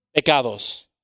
pecados